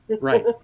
right